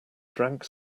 drank